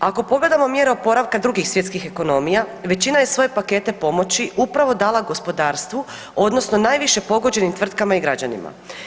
Ako pogledamo mjere oporavka drugih svjetskih ekonomija većina je svoje pakete pomoći upravo dala gospodarstvu, odnosno najviše pogođenim tvrtkama i građanima.